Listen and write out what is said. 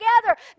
together